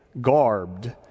garbed